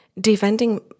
defending